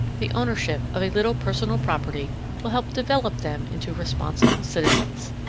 the ownership of a little personal property will help develop them into responsible citizens.